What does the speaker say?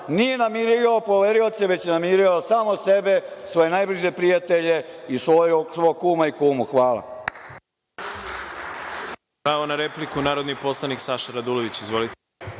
Nije namirio poverioce, već je namirio samo sebe, svoje najbliže prijatelje i svog kuma i kumu. Hvala.